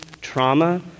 trauma